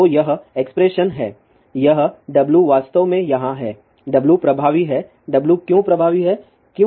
तो यह एक्सप्रेशन है यह W वास्तव में यहाँ है W प्रभावी है W क्यों प्रभावी है